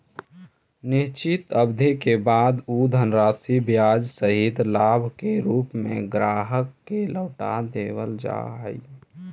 निश्चित अवधि के बाद उ धनराशि ब्याज सहित लाभ के रूप में ग्राहक के लौटा देवल जा हई